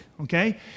okay